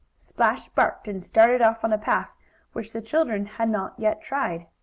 splash barked, and started off on a path which the children had not yet tried.